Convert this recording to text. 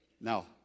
Now